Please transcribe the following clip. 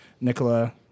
Nicola